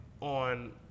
on